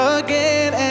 again